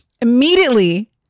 immediately